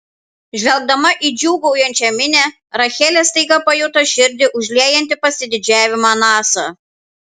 žvelgdama į džiūgaujančią minią rachelė staiga pajuto širdį užliejantį pasididžiavimą nasa